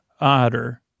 Otter